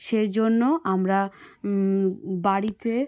সে জন্য আমরা বাড়িতে